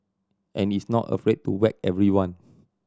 and is not afraid to whack everyone